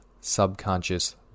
subconscious